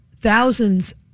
Thousands